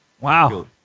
Wow